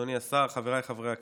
אדוני השר, חבריי חברי הכנסת,